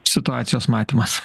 situacijos matymas